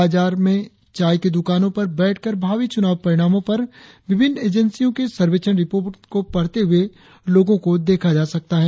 बाजारों में चाय की द्वकानों पर बैठकर भावी च्रनाव परिणामों पर विभिन्न एजेंसियों के सर्वेक्षण रिपोर्ट को पढ़ते हुए लोगों को देखा जा सकता है